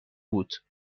بود